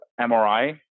MRI